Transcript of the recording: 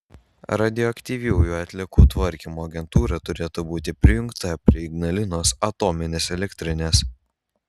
radioaktyviųjų atliekų tvarkymo agentūra turėtų būti prijungta prie ignalinos atominės elektrinės